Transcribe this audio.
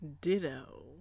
Ditto